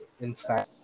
inside